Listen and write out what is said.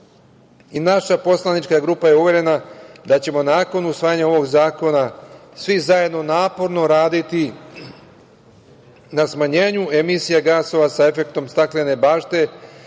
i naša poslanička grupa je uverena da ćemo nakon usvajanja ovog zakona svi zajedno naporno raditi na smanjenju emisija gasova sa efektom staklene bašte